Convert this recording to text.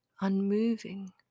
unmoving